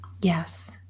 Yes